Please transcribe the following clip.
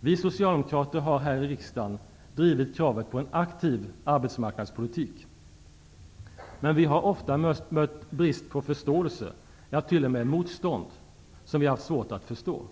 Vi socialdemokrater har här i riksdagen drivit kravet på en aktiv arbetsmarknadspolitik. Men vi har ofta mött brist på förståelse, ja t.o.m. motstånd, som vi har haft svårt att förstå.